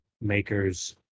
makers